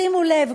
שימו לב,